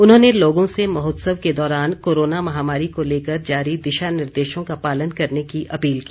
उन्होंने लोगों से महोत्सव के दौरान कोरोना महामारी को लेकर जारी दिशा निर्देशों का पालन करने की अपील की